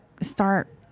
start